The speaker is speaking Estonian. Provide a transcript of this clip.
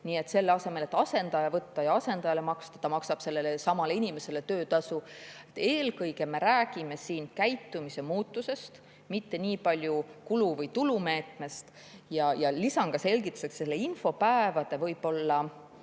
Nii et selle asemel, et asendaja võtta ja asendajale maksta, maksab ta sellelesamale inimesele töötasu. Eelkõige me räägime siin käitumise muutusest, mitte niipalju kulu- või tulumeetmest. Lisan selgituseks, et infopäevade kõige